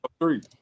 Three